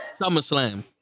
SummerSlam